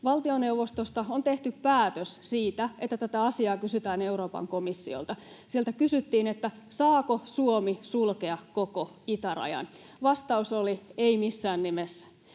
Valtioneuvostosta on tehty päätös siitä, että tätä asiaa kysytään Euroopan komissiolta. Sieltä kysyttiin, saako Suomi sulkea koko itärajan. Vastaus oli ”ei missään nimessä”,